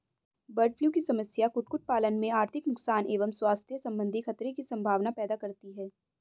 bird flu की समस्या कुक्कुट पालन में आर्थिक नुकसान एवं स्वास्थ्य सम्बन्धी खतरे की सम्भावना पैदा करती है